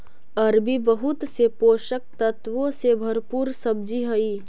अरबी बहुत से पोषक तत्वों से भरपूर सब्जी हई